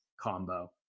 combo